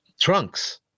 trunks